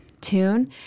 tune